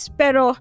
pero